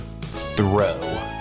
throw